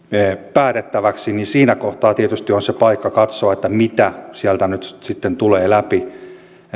päätettäväksi ja siinä kohtaa tietysti on se paikka katsoa mitä sieltä nyt sitten sitten tulee läpi